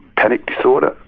panic disorder,